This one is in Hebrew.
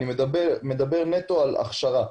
אלא מדבר נטו על הכשרה.